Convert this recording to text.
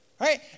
right